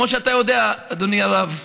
כמו שאתה יודע, אדוני הרב,